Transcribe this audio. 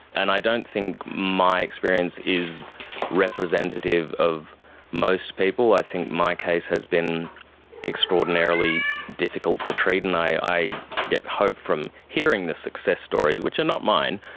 and i don't think my experience is representative of most people. i think my case has been extraordinarily difficult to treat, and i get hope from hearing these success stories, which are not mine,